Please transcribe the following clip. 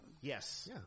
Yes